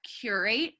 curate